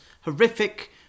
horrific